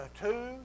two